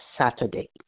Saturday